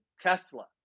tesla